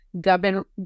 government